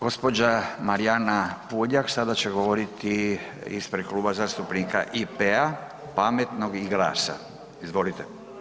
Gđa. Marijana Puljak sada će govoriti ispred Kluba zastupnika IP-a, Pametnog i GLAS-a, izvolite.